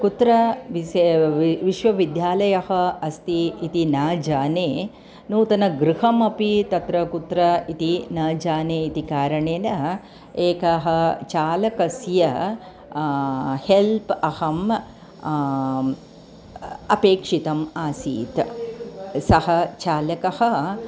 कुत्र विश्व वि विश्वविद्यालयः अस्ति इति न जाने नूतनं गृहमपि तत्र कुत्र इति न जानेति कारणेन एकस्य चालकस्य हेल्प् अहम् अपेक्षितम् आसीत् सः चालकः